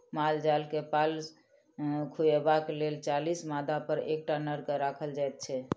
माल जाल के पाल खुअयबाक लेल चालीस मादापर एकटा नर के राखल जाइत छै